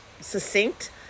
succinct